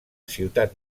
ciutat